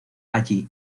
allí